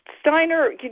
Steiner